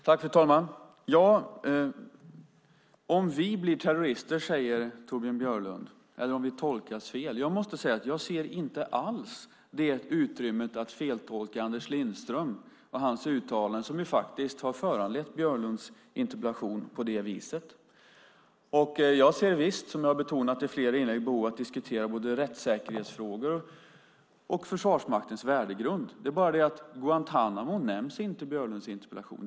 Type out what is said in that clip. Fru talman! "Om vi blir terrorister" eller "tolkas fel", säger Torbjörn Björlund. Jag måste säga att jag inte alls ser det utrymmet att feltolka Anders Lindström och hans uttalanden, som faktiskt har föranlett Björlunds interpellation, på det viset. Jag ser visst, som jag har betonat i flera inlägg, behov av att diskutera både rättssäkerhetsfrågor och Försvarsmaktens värdegrund. Det är bara det att Guantánamo inte nämns i Björlunds interpellation.